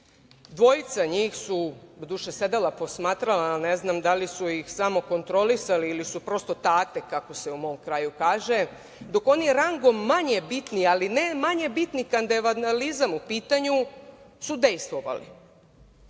Dvojica njih su, doduše, sedela, posmatrala, ne znam da li su ih samo kontrolisali ili su prosto takvi, kako se u mom kraju kaže, dok oni rangom manje bitni, ali ne manje bitni kada je vandalizam u pitanju, su dejstvovali.Međutim,